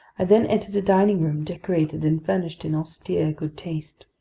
i then entered a dining room, decorated and furnished in austere good taste.